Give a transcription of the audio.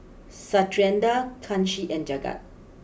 Satyendra Kanshi and Jagat